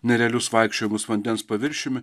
nerealius vaikščiojimus vandens paviršiumi